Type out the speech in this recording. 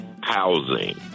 housing